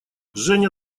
женя